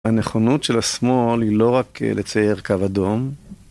הנכונות של השמאל היא לא רק לצייר קו אדום